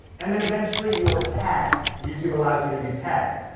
and then eventually your tags, youtube allows you to do tags.